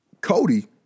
Cody